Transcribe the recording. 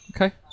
Okay